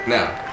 Now